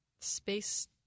space